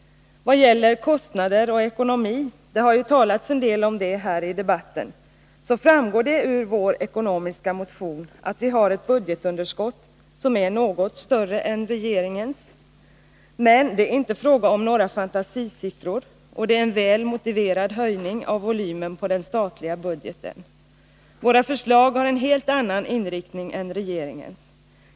Vad gäller kostnader och ekonomi — det har ju talats en del om det här i debatten — så framgår det ju av vår ekonomiska motion att vi har ett budgetunderskott som är något större än regeringens. Men det är inte fråga om några fantasisiffror, och det är en väl motiverad höjning av volymen på den statliga budgeten. Våra förslag har en helt annan inriktning än regeringens.